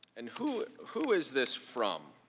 and who who is this from?